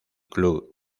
club